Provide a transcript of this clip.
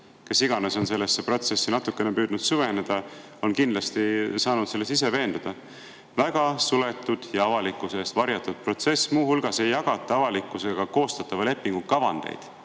Kes iganes on sellesse protsessi natukene püüdnud süveneda, on kindlasti saanud selles ise veenduda. See on väga suletud ja avalikkuse eest varjatud protsess, muu hulgas ei jagata avalikkusega koostatava lepingu kavandeid